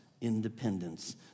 independence